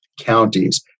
counties